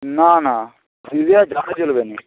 না না পুরুলিয়ায় আর যাওয়া চলবেনা